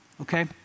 okay